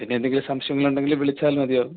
പിന്നെ എന്തെങ്കിലും സംശയങ്ങൾ ഉണ്ടെങ്കിൽ വിളിച്ചാൽ മതിയാവും